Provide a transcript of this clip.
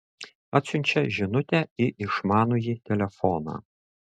atsiunčia žinutę į išmanųjį telefoną